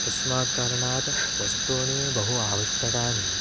तस्मात् कारणात् वस्तूनि बहु आवश्यकानि